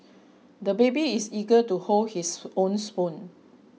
the baby is eager to hold his own spoon